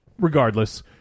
regardless